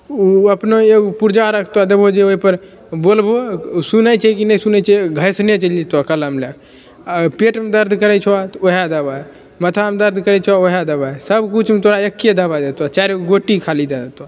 अपना एगो पुर्जा रखतो देबहो जे ओहिपर बोलबहो सुनैत छै कि नहि सुनैत छै घैंसने चलि जेतो कलम लए कऽ आ पेटमे दर्द करैत छो तऽ ओहए दबाइ मथामे दर्द करैत छऽ ओहए दबाइ सब किछुमे तोरा एके दबाइ देतऽ चारिगो गोटी खाली दए देतो